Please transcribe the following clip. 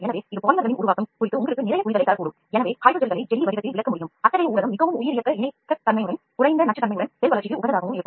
எனவே ஹைட்ரஜல்களை ஜெல்லி வடிவத்திலிருந்து விலக்க முடியும் அத்தகைய ஊடகம் மிகவும் உயிரியக்க இணக்கத்தன்மையுடனும் குறைந்த நச்சுத்தன்மையுடன் செல்வளர்ச்சிக்கு உகந்ததாகவும் இருக்கும்